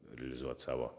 realizuot savo